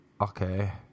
okay